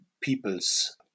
people's